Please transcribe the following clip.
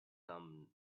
thumb